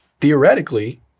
theoretically